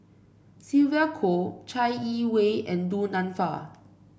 Sylvia Kho Chai Yee Wei and Du Nanfa